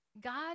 God